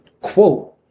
Quote